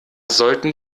sollten